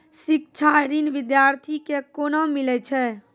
शिक्षा ऋण बिद्यार्थी के कोना मिलै छै?